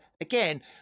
Again